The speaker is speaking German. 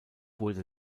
wurde